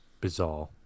bizarre